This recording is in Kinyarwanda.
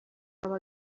aba